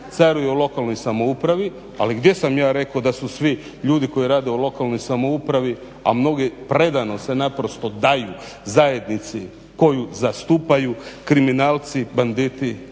caruje u lokalnoj samoupravi. Ali gdje sam ja rekao da su svi ljudi koji rade u lokalnoj samoupravi, a mnogi predano se naprosto daju zajednici koju zastupaju, kriminalci, banditi